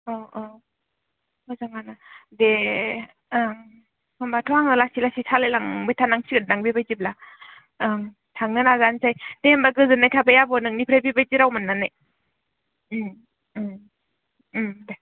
अ अ मोजाङानो दे ओं होम्बाथ' आङो लासै लासै सालायलांबाय थानांसिगोन दां बे बादिब्ला ओं थांनो नाजानोसै दे होम्बा गोजोननाय थाबाय आब' नोंनिफ्राय बेबादि राव मोननानै ओम ओम दे